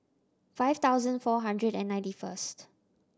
five thousand four hundred and ninety first